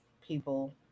people